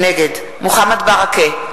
נגד מוחמד ברכה,